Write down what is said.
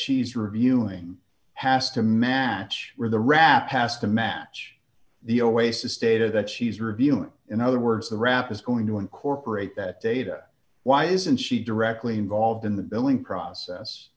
she's reviewing has to match the rap has to match the oasis data that she's reviewing in other words the rap is going to incorporate that data why isn't she directly involved in the billing process